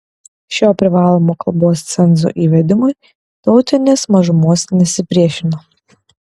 šio privalomo kalbos cenzo įvedimui tautinės mažumos nesipriešino